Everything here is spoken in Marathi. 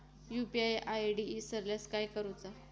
यू.पी.आय आय.डी इसरल्यास काय करुचा?